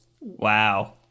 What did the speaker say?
Wow